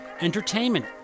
entertainment